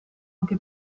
anche